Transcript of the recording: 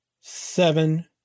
seven